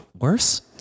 worse